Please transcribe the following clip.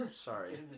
Sorry